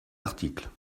article